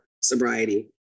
sobriety